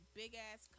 big-ass